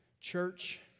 Church